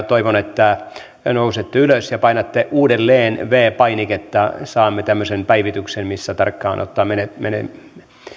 toivon että nousette ylös ja painatte uudelleen viides painiketta että saamme tämmöisen päivityksen missä tarkkaan ottaen menemme menemme